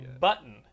button